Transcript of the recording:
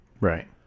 right